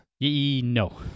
No